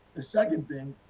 the second thing,